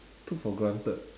took for granted